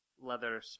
leather